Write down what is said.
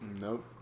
nope